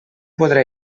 podrà